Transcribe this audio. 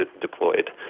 deployed